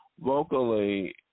vocally